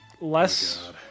less